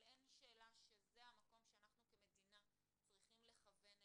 אבל אין שאלה שזה המקום שאנחנו כמדינה צריכים לכוון אליו,